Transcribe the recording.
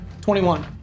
21